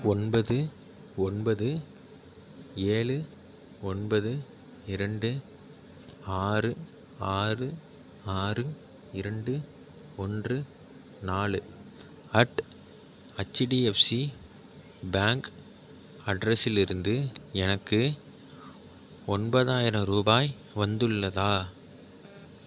ஒன்பது ஒன்பது ஏழு ஒன்பது இரண்டு ஆறு ஆறு ஆறு இரண்டு ஒன்று நாலு அட் ஹச்டிஎஃப்சி பேங்க் அட்ரஸில் இருந்து எனக்கு ஒன்பதாயிரம் ரூபாய் வந்துள்ளதா